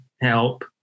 help